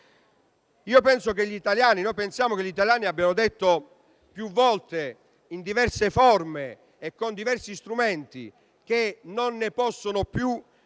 pensiamo che gli italiani abbiano detto più volte, in diverse forme e con diversi strumenti, che non ne possono più del